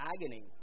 agony